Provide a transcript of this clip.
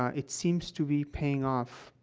ah it seems to be paying off,